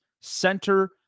center